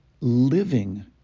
living